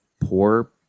Poor